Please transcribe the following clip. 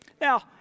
Now